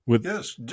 Yes